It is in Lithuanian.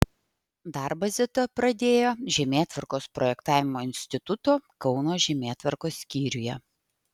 darbą zita pradėjo žemėtvarkos projektavimo instituto kauno žemėtvarkos skyriuje